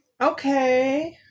Okay